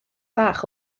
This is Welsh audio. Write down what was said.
fach